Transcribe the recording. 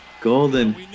Golden